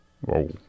Whoa